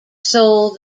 sold